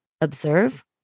observe